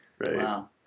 Wow